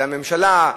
זה הממשלה,